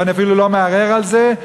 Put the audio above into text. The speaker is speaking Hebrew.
ואני אפילו לא מערער על זה.